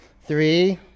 three